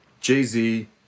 jay-z